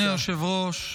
אדוני היושב-ראש,